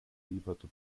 lieferte